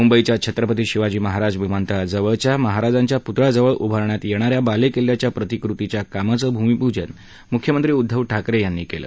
मुंबईच्या छत्रपती शिवाजी महाराज विमानतळाजवळच्या महाराजांच्या पुतळ्याजवळ उभारण्यात येणा या बालेकिल्याच्या प्रतिकृतीच्या कामाचं भूमीपूजन मुख्यमंत्री उद्दव ठाकरे यांनी केलं